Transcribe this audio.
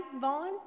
Vaughn